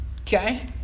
okay